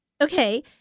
Okay